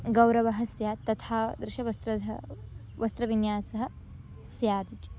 गौरवः स्यात् तथादृशः वस्त्र ध वस्त्रविन्यासः स्यादिति